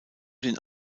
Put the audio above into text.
den